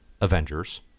Avengers